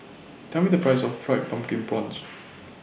Tell Me The Price of Fried Pumpkin Prawns